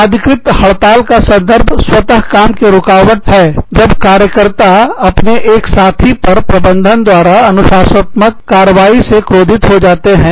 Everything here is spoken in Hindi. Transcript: अनाधिकृत हड़ताल का संदर्भ स्वतः काम के रुकावट है जब कार्यकर्ता अपने एक साथी पर प्रबंधन द्वारा अनुशासनात्मक कार्यवाही से क्रोधित हो जाते हैं